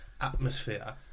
atmosphere